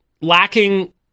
lacking